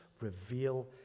reveal